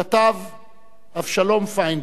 כתב אבשלום פיינברג,